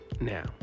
Now